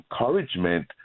encouragement